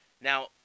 Now